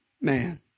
man